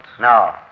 No